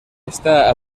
está